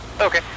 Okay